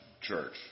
church